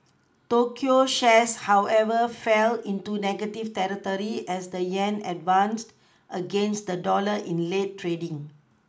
Tokyo shares however fell into negative territory as the yen advanced against the dollar in late trading